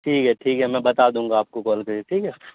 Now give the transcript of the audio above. ٹھیک ہے ٹھیک ہے میں بتا دوں گ آپ کو کال کر کے ٹھیک ہے